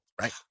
right